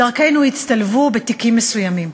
דרכינו הצטלבו בתיקים מסוימים.